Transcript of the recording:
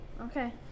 okay